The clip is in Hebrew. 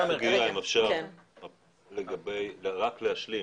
רק להשלים.